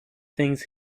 things